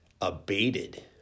abated